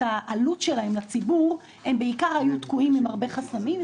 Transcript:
העלות שלהם לציבור הם בעיקר היו תקועים עם הרבה חסמים.